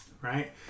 Right